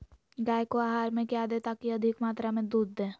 गाय को आहार में क्या दे ताकि अधिक मात्रा मे दूध दे?